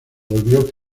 volvió